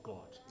God